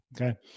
Okay